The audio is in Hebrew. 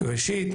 ראשית,